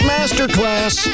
Masterclass